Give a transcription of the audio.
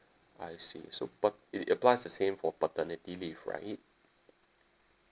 I see so but it applies the same for paternity leave right